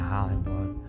Hollywood